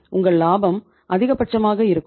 உங்கள் லாபம் அதிகபட்சமாக இருக்கும்